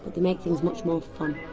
but they make things much more fun!